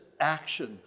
action